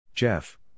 Jeff